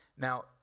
Now